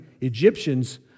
Egyptians